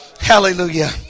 Hallelujah